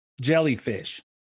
jellyfish